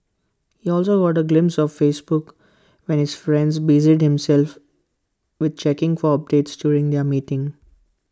he also got A glimpse of Facebook when his friend busied himself with checking for updates during their meeting